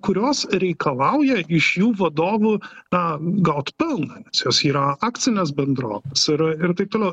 kurios reikalauja iš jų vadovų tą gaut pelną jos yra akcinės bendrovės ir ir taip toliau